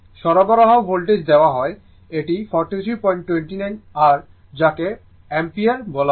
সরবরাহ ভোল্টেজ দেওয়া হয় এটি 4329 r যাকে অ্যাম্পিয়ারি বলা হয়